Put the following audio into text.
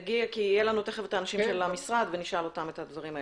תיכף יהיו אנשי המשרד ונשאל אותם את הדבירם האלה.